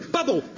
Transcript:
Bubble